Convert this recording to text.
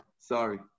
Sorry